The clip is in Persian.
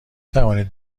توانید